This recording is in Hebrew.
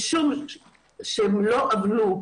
משום שהם לא עוולו,